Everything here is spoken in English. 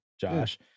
Josh